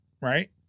right